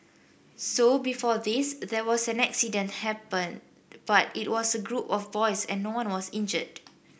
so before this there was an accident happened but it was a group of boys and no one was injured